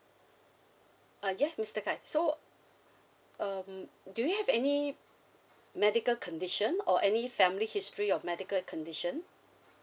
uh yeah mister kai so um do you have any medical condition or any family history of medical condition